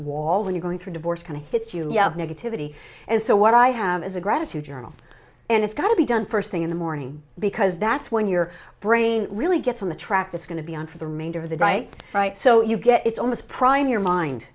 wall that you're going through divorce kind of hits you of negativity and so what i have is a gratitude journal and it's got to be done first thing in the morning because that's when your brain really gets on the track it's going to be on for the remainder of the right right so you get it's almost prime your mind